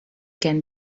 can